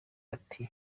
ati